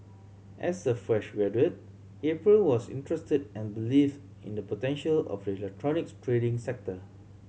as a fresh graduate April was interested and believes in the potential of the electronics trading sector